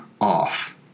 off